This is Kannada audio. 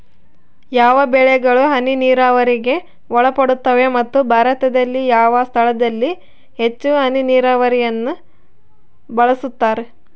ಯಾವ ಬೆಳೆಗಳು ಹನಿ ನೇರಾವರಿಗೆ ಒಳಪಡುತ್ತವೆ ಮತ್ತು ಭಾರತದಲ್ಲಿ ಯಾವ ಸ್ಥಳದಲ್ಲಿ ಹೆಚ್ಚು ಹನಿ ನೇರಾವರಿಯನ್ನು ಬಳಸುತ್ತಾರೆ?